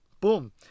Boom